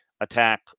attack